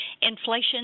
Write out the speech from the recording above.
inflation